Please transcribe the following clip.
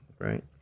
right